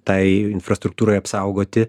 tai infrastruktūrai apsaugoti